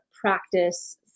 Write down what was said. practice